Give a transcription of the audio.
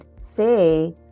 say